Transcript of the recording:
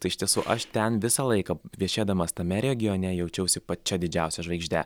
tai iš tiesų aš ten visą laiką viešėdamas tame regione jaučiausi pačia didžiausia žvaigžde